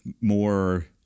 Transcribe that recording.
more